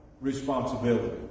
responsibility